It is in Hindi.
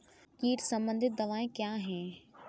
कीट संबंधित दवाएँ क्या हैं?